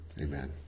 Amen